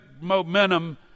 momentum